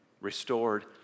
restored